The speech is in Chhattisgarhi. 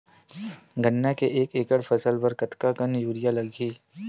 गन्ना के एक एकड़ फसल बर कतका कन यूरिया लगही?